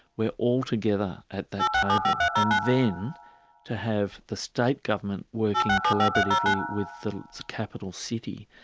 we are all together at that table. and then to have the state government working collaboratively with the capital city.